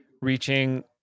reaching